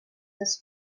this